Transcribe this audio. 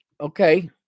Okay